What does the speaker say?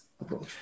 approach